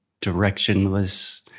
directionless